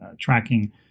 tracking